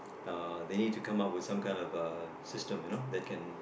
uh they need to come up with some kind of uh system you know that can